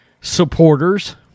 supporters